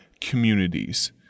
communities